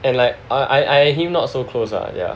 and like I I him not so close ah yeah